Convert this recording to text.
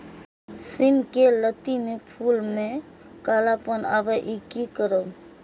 सिम के लत्ती में फुल में कालापन आवे इ कि करब?